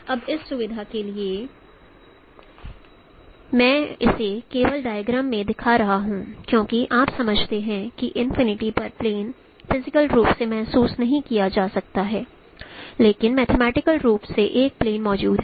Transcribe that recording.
अब इस सुविधा के लिए मैं इसे केवल डायग्राम में दिखा रहा हूं क्योंकि आप समझते हैं कि इनफिनिटी पर प्लेन फिजिकल रूप से महसूस नहीं किया जा सकता है लेकिन मैथमेटिकल रूप से एक प्लेन मौजूद है